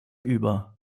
über